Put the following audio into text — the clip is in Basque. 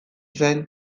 zen